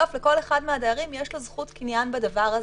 בסוף לכל אחד מהדיירים יש זכות קניין בדבר הזה,